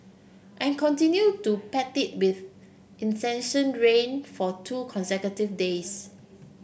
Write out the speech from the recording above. and continue to pant it with incessant rain for two consecutive days